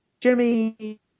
jimmy